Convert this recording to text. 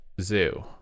zoo